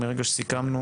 מרגע שסיכמנו,